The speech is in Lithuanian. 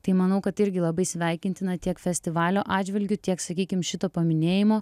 tai manau kad irgi labai sveikintina tiek festivalio atžvilgiu tiek sakykim šito paminėjimo